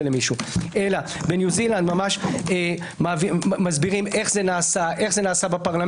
למישהו אלא בניו זילנד ממש מסבירים איך זה נעשה בפרלמנט,